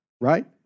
right